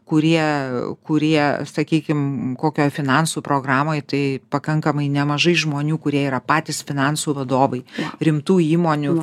kurie kurie sakykim kokioj finansų programoj tai pakankamai nemažai žmonių kurie yra patys finansų vadovai rimtų įmonių